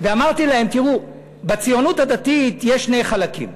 ואמרתי להם: תראו, בציונות הדתית יש שני חלקים.